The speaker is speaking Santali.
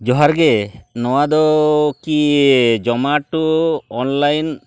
ᱡᱚᱦᱟᱨ ᱜᱮ ᱱᱚᱣᱟᱫᱚᱻ ᱠᱤᱻ ᱡᱚᱢᱟᱴᱳ ᱚᱱᱞᱟᱭᱤᱱ